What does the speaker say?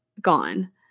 gone